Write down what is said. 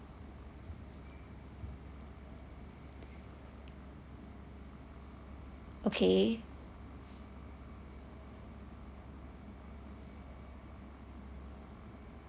okay